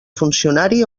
funcionari